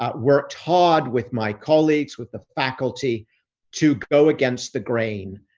ah worked hard with my colleagues, with the faculty to go against the grain.